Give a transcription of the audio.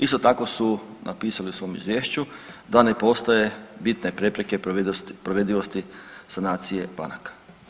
Isto tako su napisali u svom izvješću da ne postoje bitne prepreke provedivosti sanacije banaka.